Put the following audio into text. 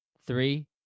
Three